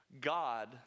God